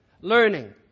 learning